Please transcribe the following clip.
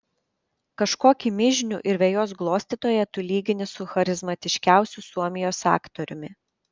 kažkokį mižnių ir vejos glostytoją tu lygini su charizmatiškiausiu suomijos aktoriumi